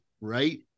Right